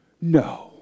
No